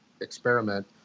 experiment